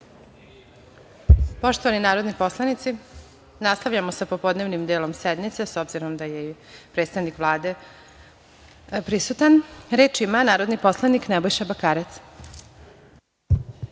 Poštovani narodni poslanici, nastavljamo sa popodnevnim delom sednice, s obzirom da je predstavnik Vlade prisutan. Reč ima narodni poslanik Nebojša Bakarec.